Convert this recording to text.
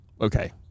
okay